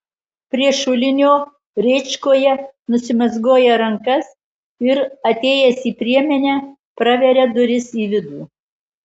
prie šulinio rėčkoje nusimazgoja rankas ir atėjęs į priemenę praveria duris į vidų